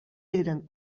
eren